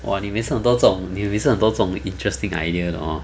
!wah! 你每次很多这种你也是很多种 interesting idea 的 hor